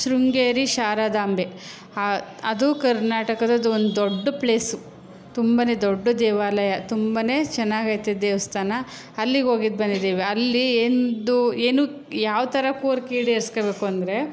ಶೃಂಗೇರಿ ಶಾರದಾಂಬೆ ಹ್ ಅದು ಕರ್ನಾಟಕದ ಅದೊಂದು ದೊಡ್ಡ ಪ್ಲೇಸು ತುಂಬನೇ ದೊಡ್ಡ ದೇವಾಲಯ ತುಂಬನೇ ಚೆನ್ನಾಗೈತೆ ದೇವಸ್ಥಾನ ಅಲ್ಲಿಗೆ ಹೋಗಿದ್ದು ಬಂದಿದ್ದೀವಿ ಅಲ್ಲಿ ಎಂದು ಏನು ಯಾವ ಥರ ಕೋರಿಕೆ ಈಡೇರ್ಸ್ಕೊಳ್ಬೇಕು ಅಂದರೆ